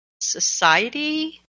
society